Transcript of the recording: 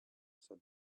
said